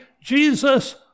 Jesus